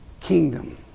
kingdom